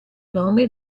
nome